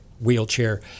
wheelchair